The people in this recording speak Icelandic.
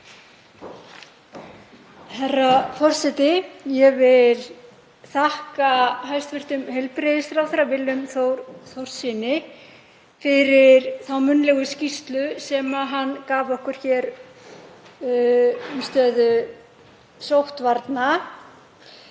Herra forseti. Ég vil þakka hæstv. heilbrigðisráðherra Willum Þór Þórssyni fyrir þá munnlegu skýrslu sem hann gaf okkur hér um stöðu sóttvarna.